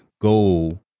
goal